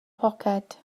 poced